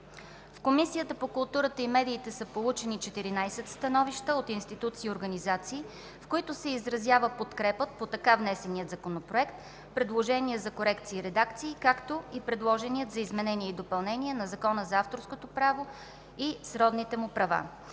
В Комисията по културата и медиите са получени 14 становища от институции и организации, в които се изразява подкрепа по така внесения законопроект, предложения за корекции и редакции, както и предложения за изменение и допълнение на Закона за авторското право и сродните му права.